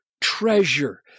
treasure